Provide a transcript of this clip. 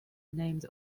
named